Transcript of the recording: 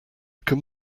can